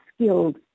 skilled